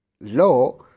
law